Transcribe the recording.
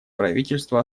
правительство